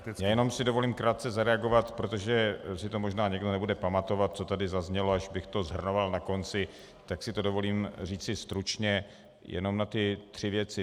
Jen si dovolím krátce zareagovat, protože si to možná někdo nebude pamatovat, co tady zaznělo, až bych to shrnoval na konci, tak si to dovolím říci stručně jenom na ty tři věci.